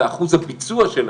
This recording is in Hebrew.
ואחוז הביצוע שלהם,